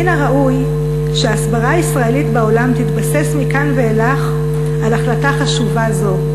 מן הראוי שההסברה הישראלית בעולם תתבסס מכאן ואילך על החלטה חשובה זו.